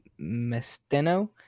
Mesteno